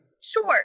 Sure